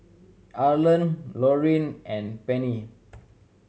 Arlan Lauryn and Pennie